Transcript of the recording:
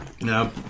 No